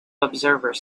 observers